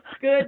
good